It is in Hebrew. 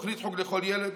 התוכנית חוג לכל ילד